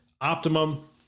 Optimum